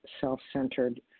self-centered